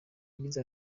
yagize